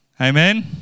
Amen